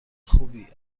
خوبی